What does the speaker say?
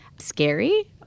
scary